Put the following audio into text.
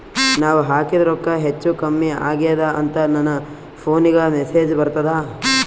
ನಾವ ಹಾಕಿದ ರೊಕ್ಕ ಹೆಚ್ಚು, ಕಮ್ಮಿ ಆಗೆದ ಅಂತ ನನ ಫೋನಿಗ ಮೆಸೇಜ್ ಬರ್ತದ?